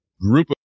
group